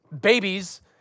Babies